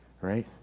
right